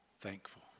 thankful